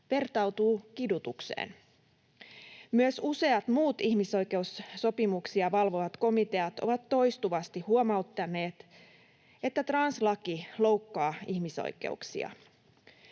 vertautuu kidutukseen. Myös useat muut ihmisoikeussopimuksia valvovat komiteat ovat toistuvasti huomauttaneet, että translaki loukkaa ihmisoikeuksia.